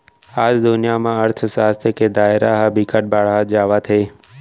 आज दुनिया म अर्थसास्त्र के दायरा ह बिकट बाड़हत जावत हे